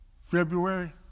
February